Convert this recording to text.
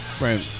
Right